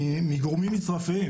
מגורמים מצרפיים.